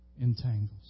entangles